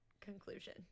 conclusion